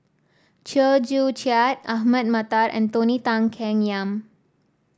Chew Joo Chiat Ahmad Mattar and Tony Tan Keng Yam